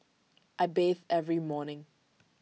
I bathe every morning